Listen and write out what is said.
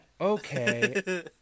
okay